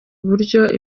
uburyo